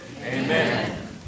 amen